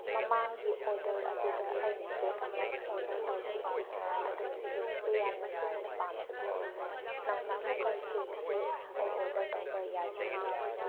ꯃꯃꯥꯡꯒꯤ ꯑꯣꯔꯗꯔ ꯑꯗꯨꯗ ꯑꯩꯅ ꯀꯦꯛ ꯑꯃ ꯑꯣꯔꯗꯔ ꯇꯧꯖꯈꯤ ꯑꯗꯨꯒꯤ ꯀꯦꯛꯁꯤ ꯌꯥꯝꯅꯁꯨ ꯑꯩꯅ ꯄꯥꯝꯖꯕ ꯑꯣꯏꯔꯨꯔꯦ ꯅꯧꯅ ꯑꯃꯨꯛꯀ ꯀꯦꯛꯁꯦ ꯑꯩ ꯑꯣꯔꯗꯔ ꯇꯧꯕ ꯌꯥꯖꯔꯣꯏꯗ꯭ꯔ